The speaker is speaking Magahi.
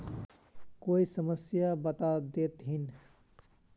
कोई समस्या बता देतहिन?